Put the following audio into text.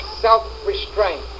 self-restraint